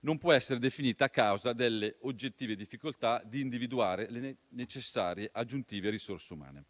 non può essere definita a causa delle oggettive difficoltà di individuare le necessarie aggiuntive risorse umane.